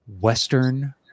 Western